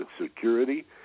security